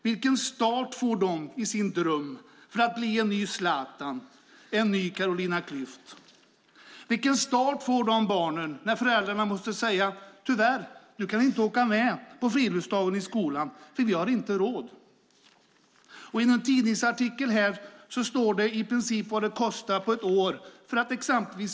Vilken start får de i sin dröm att bli en ny Zlatan eller Carolina Klüft? Vilken start får de barnen när föräldrarna måste säga: Tyvärr, du kan inte åka med på friluftsdagen i skolan, för vi har inte råd. I en tidningsartikel står det vad det i princip kostar under ett år för att vara med.